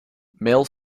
mail